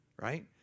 right